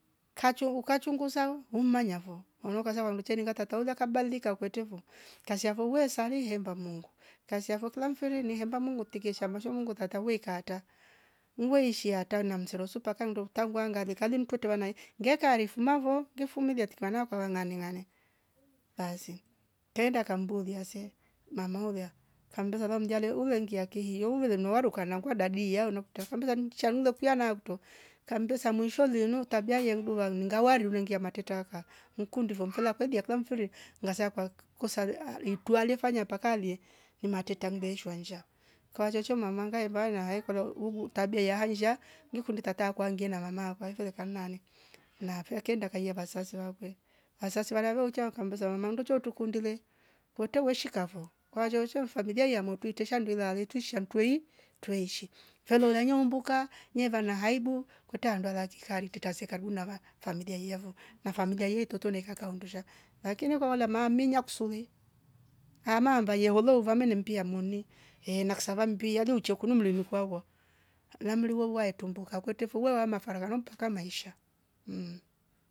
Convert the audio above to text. Fitra ikas- kaambele wee kolya mfele fo kila mfiri we shiinda kwa vandu iyaamba hodii nayoohoyo eduuchya kola we mkunda tekaa anafe triki mboong'oha we msoma tabia ukeenda safari utrammbie umeenda fo we mmbesa tiki kwetre handu ngi shika ngiuye, ukauya mda wo wauya te sunguka eneo lilya we mkolya nnsha hetrambuka trambuka nekuiya ehe ngimefanyaa atro tata ngemkolya alali fo kaa na mma akwe tiki na saaingi akoraa na saingi aheiya sari, uvekunde fi kwafo? Kolya we mkolya heiya sari utrekundi mfele heiya sari? Tembesa baasi ta utiri wafo soo mfele soso we aalika. Kweli vakane alikana nmekumbuka alya mndu ulya e treta aliaribu mmba- undani wamwaowee va uvishwa sana, na ungi kalolya wetre mmi afo kwetre maelewano mesha mmi nesha ansas- kati ashane mbesa tata trukombe kachaatru vamama vatriama kavaiya mama inyweni ibohora aatro sayo amae inya ibohora veingia ho mtwerni kammbesa truveeli na mfele afo chiaranoni truke tabia aloyke ni nndwe sana. tabia yonki sho mama? Na vetrambuka akatrambuka na vasero ve treta fo shi na we mannya nndove treta fo, tata ulya nesi pata hasira kasha kaa kane kaba, kasha kaa kwetre masiwasiliana lo- amesha eve eshaamba niinga kacho ngile fo lasma avehaa na fitra,